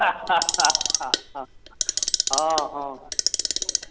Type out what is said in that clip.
हॅं हॅं